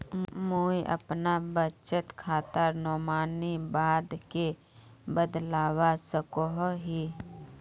मुई अपना बचत खातार नोमानी बाद के बदलवा सकोहो ही?